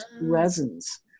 resins